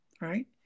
right